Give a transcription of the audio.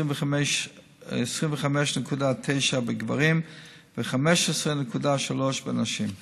25.9% בגברים ו-15.3% בנשים.